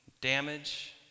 damage